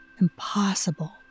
Impossible